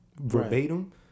verbatim